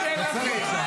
תתבייש לך.